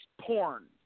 porn